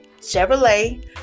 Chevrolet